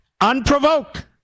Unprovoked